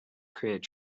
create